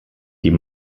die